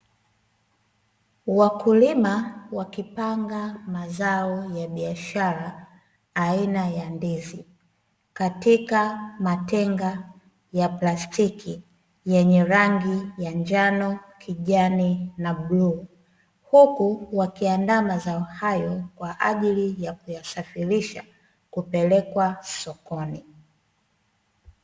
Wakulima wakipanga mazao ya biashara aina ya ndizi katika matenga ya plastiki yenye rangi ya njano, kijani na bluu huku wakiandaa mazao hayo kwa ajili ya kuyasafirisha kupelekwa sokoni.